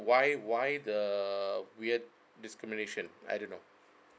why why the weird discrimination I don't know